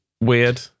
weird